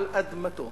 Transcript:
על אדמתו,